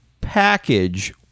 package